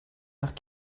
nach